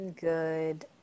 good